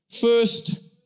First